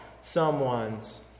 someone's